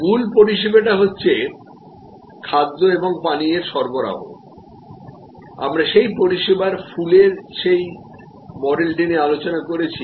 মূল পরিষেবাটি হচ্ছে খাদ্য এবং পানীয়ের সরবরাহ আমরা সেই পরিষেবার ফুলের সেই মডেলটি নিয়ে আলোচনা করেছি